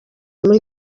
muri